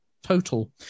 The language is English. total